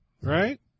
right